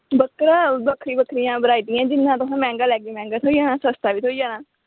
बक्खरा बक्खरी बक्खरी वेरायटियां न ते जिन्ना तुस मैंह्गा लैगे मैंह्गा थ्होई जाना ते सस्ता बी थ्होई जाना